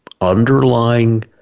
underlying